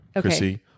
Chrissy